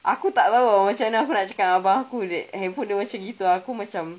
aku tak tahu ah macam mana aku nak cakap dengan abang aku handphone dia macam itu aku macam